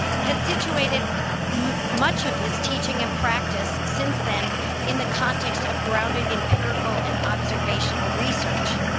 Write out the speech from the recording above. has situated much of his teaching and practice since then in the context of grounded, empirical, and observational research,